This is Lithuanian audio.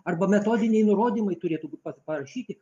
arba metodiniai nurodymai turėtų būti pa parašyti